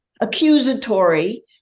accusatory